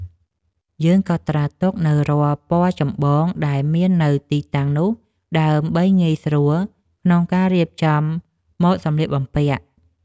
យើងកត់ត្រាទុកនូវរាល់ពណ៌ចម្បងដែលមាននៅទីតាំងនោះ ដើម្បីងាយស្រួលក្នុងការរៀបចំម៉ូដសម្លៀកបំពាក់។